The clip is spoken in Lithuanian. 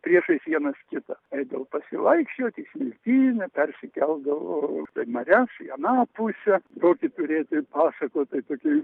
priešais vienas kitą eidavau pasivaikščioti į smiltynę persikeldavau per marias į aną pusę tokį turėti pasakotoją tokį